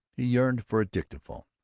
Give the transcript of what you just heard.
he yearned for a dictaphone,